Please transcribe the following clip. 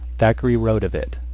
thackeray wrote of it